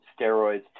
steroids